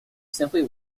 simply